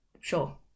Sure